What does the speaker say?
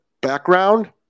background